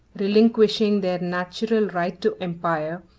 relinquishing their natural right to empire,